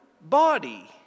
body